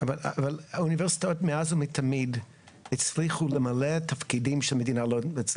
אבל אוניברסיטאות מאז ומתמיד הצריכו למלא תפקידי שהמדינה לא יודעת.